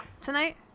Tonight